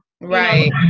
right